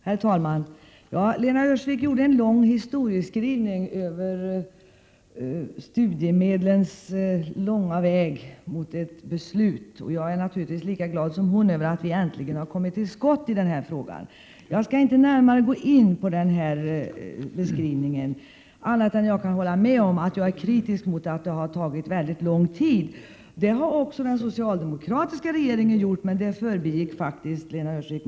Herr talman! Lena Öhrsvik gjorde en lång historiebeskrivning över studiemedelsfrågans långa väg mot ett beslut. Jag är naturligtvis lika glad som hon över att vi äntligen kommit till skott i den här frågan. Jag skall inte närmare gå in på hennes beskrivning annat än så till vida att jag håller med om att det har tagit mycket lång tid, och det är jag kritisk mot. Det beror också på den socialdemokratiska regeringen, men det förbigick Lena Öhrsvik med tystnad.